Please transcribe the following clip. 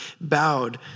bowed